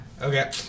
okay